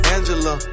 Angela